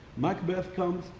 macbeth comes.